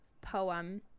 poem